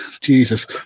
Jesus